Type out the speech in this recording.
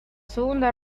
segunda